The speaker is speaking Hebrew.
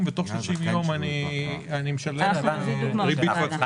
ולאחר 30 ימים אני משלם ריבית והצמדה?